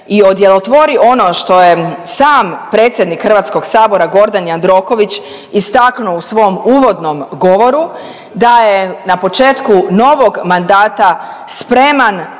i odjelotvori ono što je sam predsjednik Hrvatskog sabora Gordan Jandroković istaknuo u svom uvodnom govoru, da je na početku novog mandata spreman